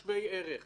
לאנשי הממלכה אוה,